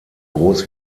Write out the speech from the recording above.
groß